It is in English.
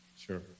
Sure